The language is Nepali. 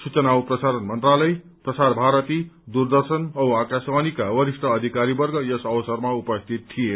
सूचना औ प्रसारण मन्त्रालय प्रसार भारती दूरदर्शन औ आकाशवाणीका वरिष्ठ अधिकारीवर्ग यस अवसरमा उपस्थित थिए